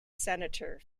senator